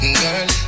girl